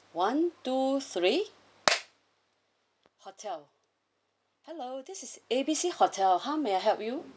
one two three hotel hello this is A B C hotel how may I help you